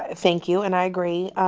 ah thank you. and i agree.